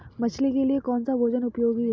मछली के लिए कौन सा भोजन उपयोगी है?